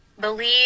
Believe